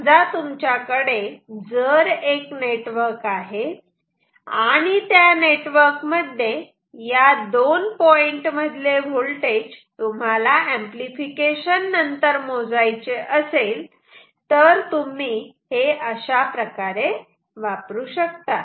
समजा तुमच्याकडे जर एक नेटवर्क आहे आणि त्या नेटवर्क मध्ये या दोन पॉईंट मधले व्होल्टेज तुम्हाला अंपलिफिकेशन नंतर मोजायचे असेल तर तुम्ही हे अशा प्रकारे वापरू शकतात